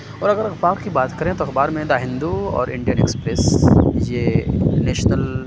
اور اگر اخبار کی بات کریں تو اخبار میں دا ہندو اور انڈین ایکسپریس یہ نیشنل